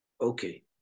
Okay